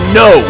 no